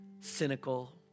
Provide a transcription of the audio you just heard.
Cynical